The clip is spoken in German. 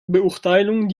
beurteilung